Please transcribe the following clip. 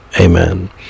amen